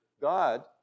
God